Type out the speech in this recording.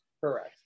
correct